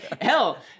hell –